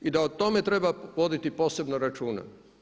I da o tome treba voditi posebno računa.